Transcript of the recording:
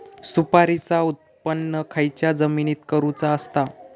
सुपारीचा उत्त्पन खयच्या जमिनीत करूचा असता?